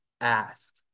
ask